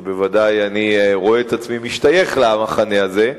ובוודאי אני רואה את עצמי משתייך למחנה הזה,